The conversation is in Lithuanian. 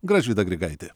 gražvyda grigaitė